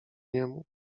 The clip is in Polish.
niemu